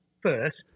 first